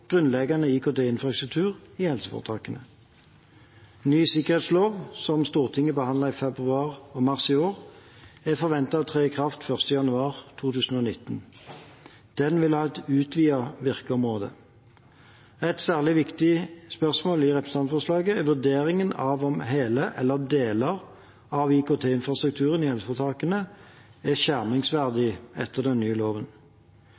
grunnleggende IKT-infrastruktur i helseforetakene. Ny sikkerhetslov, som Stortinget behandlet i februar og mars i år, er forventet å tre i kraft 1. januar 2019. Den vil ha et utvidet virkeområde. Et særlig viktig spørsmål i representantforslaget er vurderingen av om hele eller deler av IKT-infrastrukturen i helseforetakene er skjermingsverdig etter den nye loven.